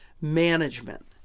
management